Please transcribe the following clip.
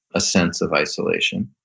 a sense of isolation.